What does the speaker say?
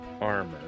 armor